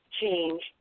change